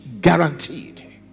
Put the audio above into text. guaranteed